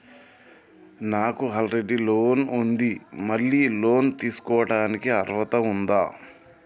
నాకు already loan ఉండి మళ్ళీ లోన్ తీసుకోవడానికి అర్హత ఉందా?